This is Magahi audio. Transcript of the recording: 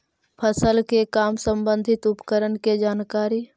फसल के काम संबंधित उपकरण के जानकारी?